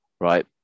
right